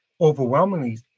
overwhelmingly